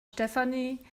stefanie